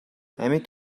амьд